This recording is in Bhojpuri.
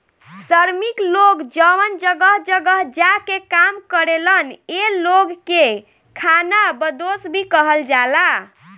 श्रमिक लोग जवन जगह जगह जा के काम करेलन ए लोग के खानाबदोस भी कहल जाला